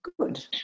Good